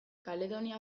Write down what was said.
kaledonia